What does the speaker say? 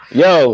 yo